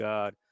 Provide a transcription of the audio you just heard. God